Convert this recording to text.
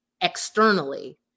externally